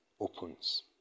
opens